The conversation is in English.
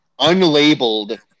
unlabeled